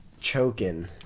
Choking